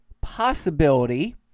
possibility